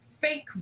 fake